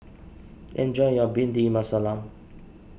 enjoy your Bhindi Masala